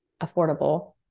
affordable